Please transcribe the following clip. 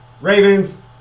Ravens